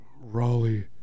Raleigh